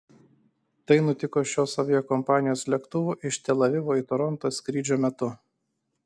tai nutiko šios aviakompanijos lėktuvo iš tel avivo į torontą skrydžio metu